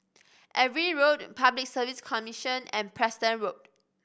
Everitt Road Public Service Commission and Preston Road